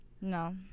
No